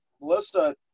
melissa